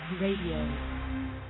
radio